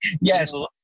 yes